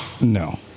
No